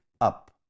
up